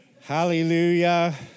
Hallelujah